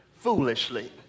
foolishly